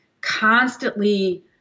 constantly